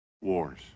wars